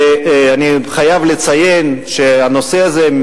אני חייב לציין שהנושא הזה,